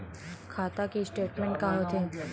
खाता के स्टेटमेंट का होथे?